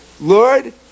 Lord